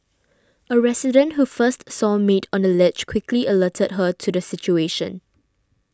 a resident who first saw maid on the ledge quickly alerted her to the situation